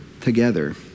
together